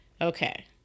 okay